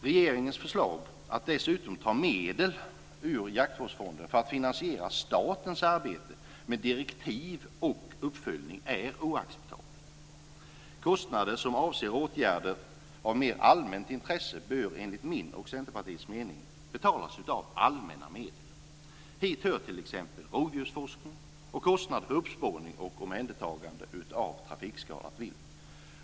Regeringens förslag att dessutom ta medel ur Jaktvårdsfonden för att finansiera statens arbete med direktiv och uppföljning är oacceptabelt. Kostnader som avser åtgärder av mer allmänt intresse bör enligt min och Centerpartiets mening betalas av allmänna medel. Hit hör t.ex. rovdjursforskning och kostnader för uppspårning och omhändertagande av trafikskadat vilt.